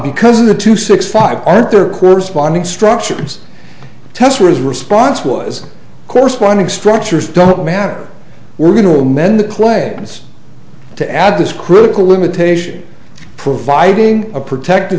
because of the two six five arthur corresponding structures tests where his response was corresponding structures don't matter we're going oh man the cleanse to add this critical limitation providing a protect